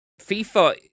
FIFA